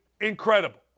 incredible